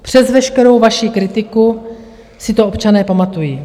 Přes veškerou vaši kritiku si to občané pamatují.